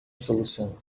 solução